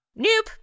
Nope